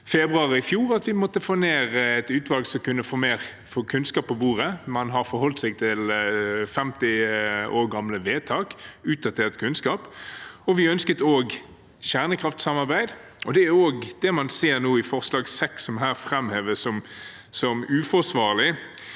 i februar i fjor – at vi måtte få ned et utvalg som kunne få mer kunnskap på bordet. Man har forholdt seg til 50 år gamle vedtak og utdatert kunnskap. Vi ønsket også kjernekraftsamarbeid. Det er det man ser i forslag nr. 6, som her framheves som uforsvarlig.